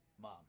mom